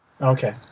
Okay